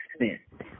extent